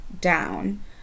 down